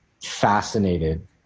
fascinated